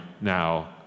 now